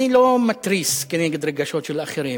אני לא מתריס כנגד רגשות של אחרים.